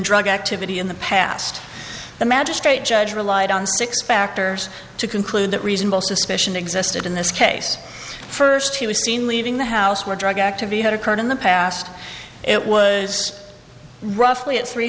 drug activity in the past the magistrate judge relied on six factors to conclude that reasonable suspicion existed in this case first he was seen leaving the house where drug activity had occurred in the past it was roughly at three